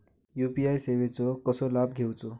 UPI सेवाचो कसो लाभ घेवचो?